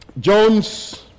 Jones